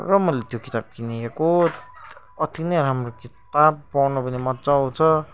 र मैले त्यो किताब किनिएको अति नै राम्रो किताब पढ्नु पनि मज्जा आउँछ